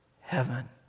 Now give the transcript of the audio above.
heaven